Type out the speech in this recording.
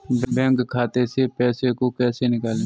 Bank खाते से पैसे को कैसे निकालें?